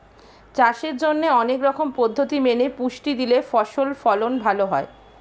চাষের জন্যে অনেক রকম পদ্ধতি মেনে পুষ্টি দিলে ফসল ফলন ভালো হয়